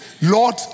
Lord